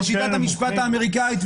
-- בשיטת המשפט האמריקאית,